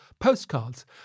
postcards